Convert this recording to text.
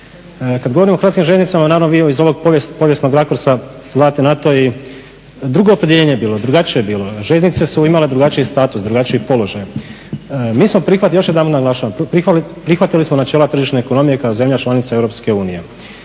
Kad govorim o Hrvatskim željeznicama naravno vi iz ovog povijesnog rakursa gledate na to i drugo opredjeljenje je bilo. Željeznice su imale drugačiji status, drugačiji položaj. Mi smo prihvatili, još jedanput naglašavam, prihvatili smo načela tržišne ekonomije kao zemlja članica EU.